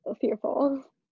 fearful